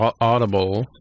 Audible